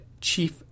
Chief